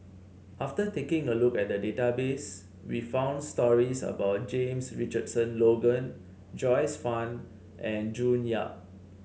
after taking a look at the database we found stories about James Richardson Logan Joyce Fan and June Yap